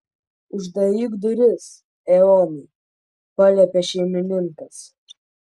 uždaryk duris eonai paliepė šeimininkas